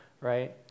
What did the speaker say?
right